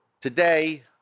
Today